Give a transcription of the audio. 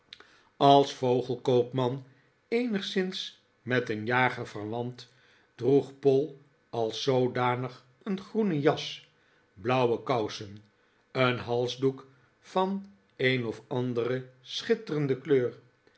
als vogelkoopman eenigszins met een jager verwant droeg poll als zoodanig een groene jas blauwe kousen een halsdoek van een of andere schitterende kleur